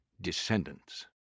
Descendants